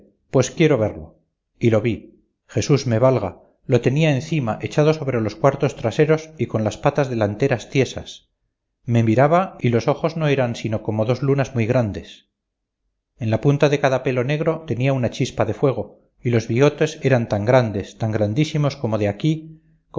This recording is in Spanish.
pues quiero verlo y lo vi jesús me valga lo tenía encima echado sobre los cuartos traseros y con las patas delanteras tiesas me miraba y los ojos no eran sino como dos lunas muy grandes en la punta de cada pelo negro tenía una chispa de fuego y los bigotes eran tan grandes tan grandísimos como de aquí